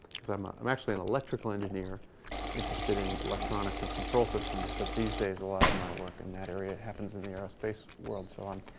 i'm ah i'm actually an electrical engineer interested in electronics and control systems. but these days a lot of my work in that area happens in the aerospace world so i'm